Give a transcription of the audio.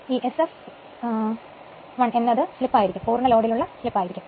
ഇതിൽ Sfl എന്നു ഉള്ളത് മുഴുവൻ ലോഡിൽ വരുന്ന സ്ലിപ് ആണ്